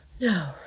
No